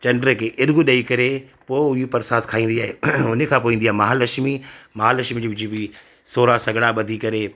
चंड खे अर्ॻु ॾेई करे पोइ इहो परसादु खाईंदी आहे उन खां पोइ ईंदी आहे महालक्ष्मी महालक्ष्मी जी बि सोरहां सॻड़ा ॿधी करे